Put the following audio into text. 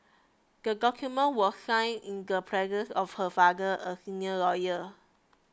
the document was signed in the presence of her father a senior lawyer